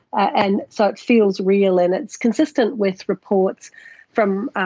and so it feels real, and it's consistent with reports from,